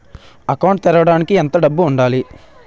Account తెరవడానికి ఎంత డబ్బు ఉండాలి?